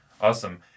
awesome